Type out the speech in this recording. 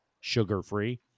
sugar-free